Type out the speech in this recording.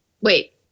Wait